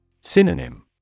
Synonym